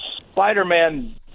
spider-man